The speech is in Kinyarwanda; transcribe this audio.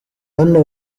hano